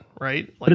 right